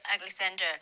Alexander